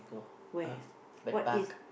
where what is